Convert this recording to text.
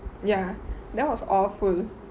ya that was awful